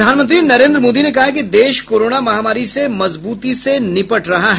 प्रधानमंत्री नरेन्द्र मोदी ने कहा है कि देश कोरोना महामारी से मजबूती से निपट रहा है